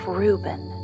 Reuben